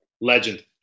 Legend